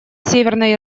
северной